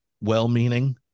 well-meaning